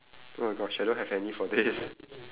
oh my gosh I don't have any for this